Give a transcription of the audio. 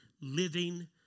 living